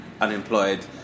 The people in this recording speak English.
unemployed